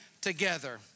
together